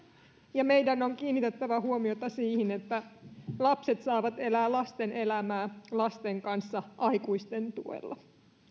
ja meidän on kiinnitettävä huomiota siihen että lapset saavat elää lasten elämää lasten kanssa aikuisten tuella